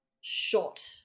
shot